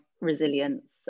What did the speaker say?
resilience